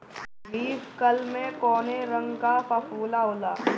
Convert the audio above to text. Leaf curl में कौने रंग का फफोला होला?